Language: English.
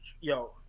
Yo